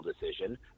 decision